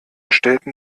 stellten